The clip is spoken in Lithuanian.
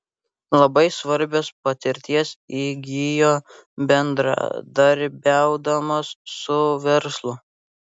labai svarbios patirties įgijo bendradarbiaudamos su verslu